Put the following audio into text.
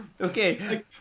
okay